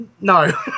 no